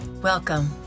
Welcome